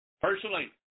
personally